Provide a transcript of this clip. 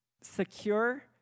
secure